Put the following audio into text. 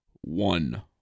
one